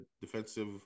defensive